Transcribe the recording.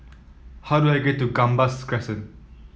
how do I get to Gambas Crescent